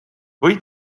või